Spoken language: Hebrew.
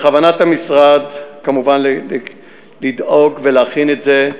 בכוונת המשרד כמובן לדאוג ולהכין את זה,